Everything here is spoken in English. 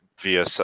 via